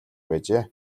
байжээ